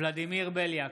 ולדימיר בליאק,